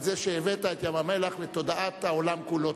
על זה שהבאת את ים-המלח לתודעת העולם כולו.